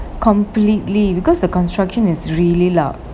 completely because the construction is really loud